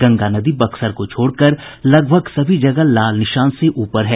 गंगा नदी बक्सर को छोड़कर लगभग सभी जगह लाल निशान से ऊपर है